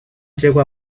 llegó